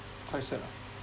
quite sad lah